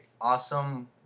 awesome